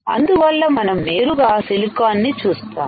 అందువల్ల మనం నేరుగా సిలికాన్ ని చూస్తాం